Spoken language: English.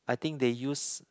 I think they use